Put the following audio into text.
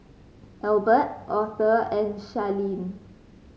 Albert Auther and Charleen